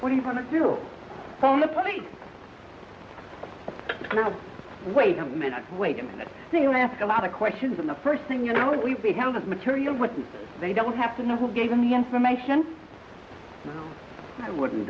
what are you going to do for the public no wait a minute wait a minute you ask a lot of questions and the first thing you know what we held as material but they don't have to know who gave them the information i wouldn't